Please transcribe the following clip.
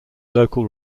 local